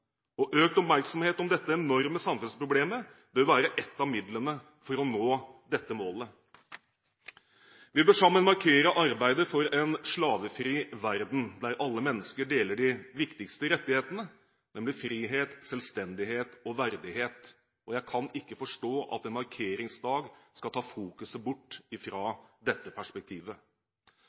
Økt oppmerksomhet om dette enorme samfunnsproblemet bør være ett av midlene for å nå dette målet. Vi bør sammen markere arbeidet for en slavefri verden, der alle mennesker deler de viktigste rettighetene, nemlig frihet, selvstendighet og verdighet. Jeg kan ikke forstå at en markeringsdag skal ta fokuset bort fra dette perspektivet.